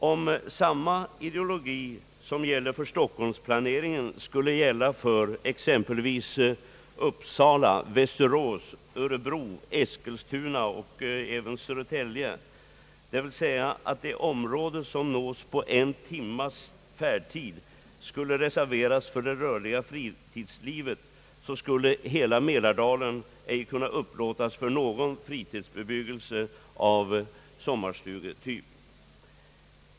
Om samma ideologi som gäller för stockholmsplaneringen skulle gälla för exempelvis Uppsala, Västerås, Örebro, Eskilstuna och även Södertälje, d. v. s. att ett område som kan nås på en timmes färdtid skulle reserveras för det rörliga fritidslivet, skulle hela Mälardalen inte kunna upplåtas för någon fritidsbebyggelse av sommarstugetyp.